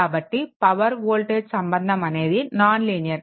కాబట్టి power voltage సంబంధం అనేది నాన్ లీనియర్